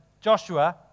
Joshua